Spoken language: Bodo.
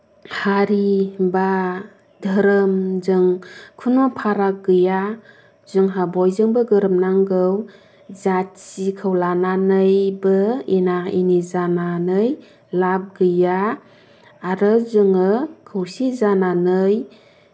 हारि बा धोरोमजों कुनु फाराग गैया जोंहा बयजोंबो गोरोबनांगौ जातिखौ लानानैबो एना एनि जानानै लाब गैया आरो जोङो खौसे जानानै